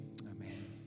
Amen